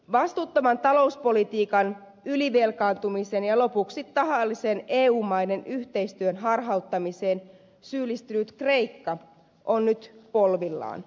vastuuttomaan talouspolitiikkaan ylivelkaantumiseen ja lopuksi tahalliseen eu maiden yhteistyön harhauttamiseen syyllistynyt kreikka on nyt polvillaan